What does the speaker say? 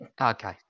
Okay